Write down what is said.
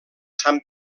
sant